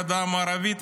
הגדה המערבית,